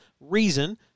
reason